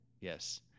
Yes